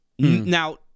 Now